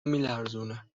میلرزونه